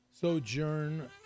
sojourn